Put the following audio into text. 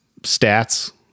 stats